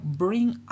bring